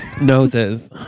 Noses